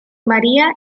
maría